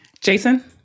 Jason